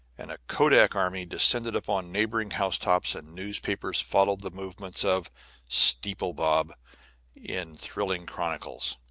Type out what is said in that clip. and a kodak army descended upon neighboring housetops, and newspapers followed the movements of steeple bob in thrilling chronicle.